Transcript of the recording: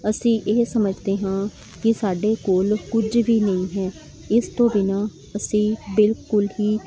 ਅਸੀਂ ਇਹ ਸਮਝਦੇ ਹਾਂ ਕਿ ਸਾਡੇ ਕੋਲ ਕੁਝ ਵੀ ਨਹੀਂ ਹੈ ਇਸ ਤੋਂ ਬਿਨਾਂ ਅਸੀਂ ਬਿਲਕੁਲ ਹੀ